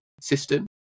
system